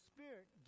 Spirit